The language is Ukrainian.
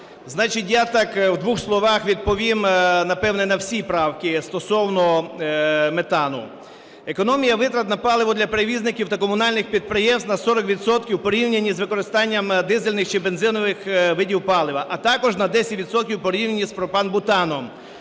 в двох словах, відповім, напевно, на всій правці стосовно метану. Економія витрат на паливо для перевізників та комунальних підприємств на 40 відсотків в порівняні з використанням дизельних чи бензинових видів палива, а також на 10 відсотків в порівняні з пропан-бутаном.